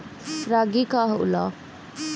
रागी का होला?